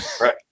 Right